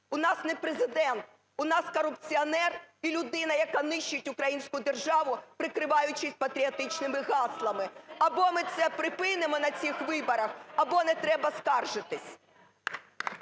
У нас не Президент, у нас корупціонер і людина, яка нищить українську державу, прикриваючись патріотичними гаслами. (Шум у залі) Або ми це припинимо на цих виборах, або не треба скаржитися!